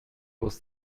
was